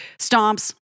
stomps